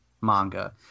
manga